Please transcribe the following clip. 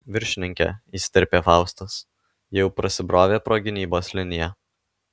viršininke įsiterpė faustas jie jau prasibrovė pro gynybos liniją